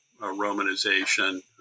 romanization